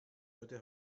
heute